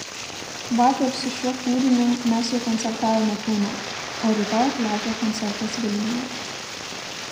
vakar su šiuo kūriniu mes jau koncertavome kaune o rytoj laukia koncertas vilniuje